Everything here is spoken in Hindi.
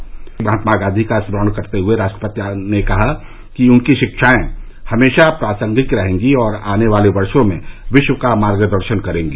राष्ट्रपिता महात्मा गांधी का स्मरण करते हुए राष्ट्रपति ने कहा कि उनकी शिक्षाएं हमेशा प्रासंगिक रहेंगी और आने वाले वर्षों में विश्व का मार्गदर्शन करेंगी